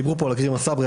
דיברו פה על עכרמה סברי,